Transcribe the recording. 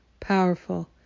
powerful